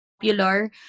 popular